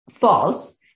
false